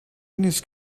نیست